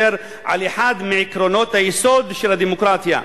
על אחד מעקרונות היסוד של הדמוקרטיה,